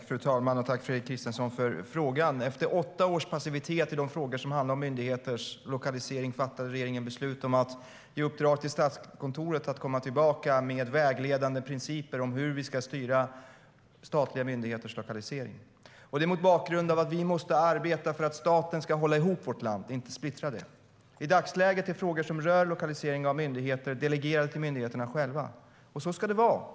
Fru talman! Jag vill tacka Fredrik Christensson för frågan. Efter åtta år av passivitet i fråga om myndigheters lokalisering fattade den här regeringen beslut om att ge Statskontoret i uppdrag att komma tillbaka med vägledande principer för hur vi ska styra statliga myndigheters lokalisering. Det är mot bakgrund av att vi måste arbeta för att staten ska hålla ihop vårt land, inte splittra det. I dagsläget är frågor som rör lokalisering av myndigheter delegerade till myndigheterna själva. Och så ska det vara.